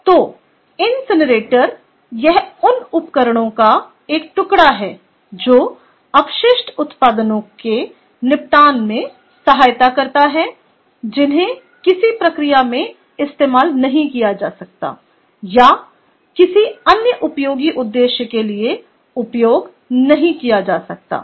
तो इनसिनरेटर यह उन उपकरणों का एक टुकड़ा है जो अपशिष्ट उत्पादों के निपटान में सहायता करता है जिन्हें किसी प्रक्रिया में इस्तेमाल नहीं किया जा सकता है या किसी अन्य उपयोगी उद्देश्य के लिए उपयोग नहीं किया जा सकता है